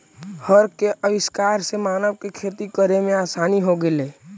हर के आविष्कार से मानव के खेती करे में आसानी हो गेलई